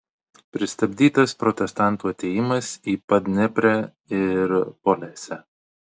pristabdytas protestantų atėjimas į padneprę ir polesę